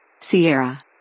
Sierra